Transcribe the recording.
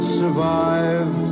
survive